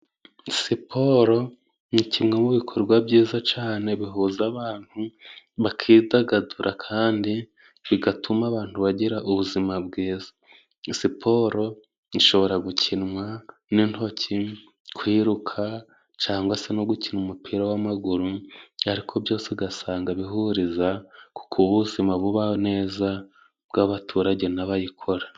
Siporo ni kimwe mu bikorwa byiza cyane bihuza abantu bakidagadura, Kandi bigatuma abantu bagira ubuzima bwiza. Siporo ishobora gukinwa n'intoki kwiruka cyangwa se no gukina umupira w'amaguru, ariko byose ugasanga bihuriza kukuba ubuzima bubaho neza bw'abaturage n'abayikora.